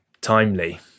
timely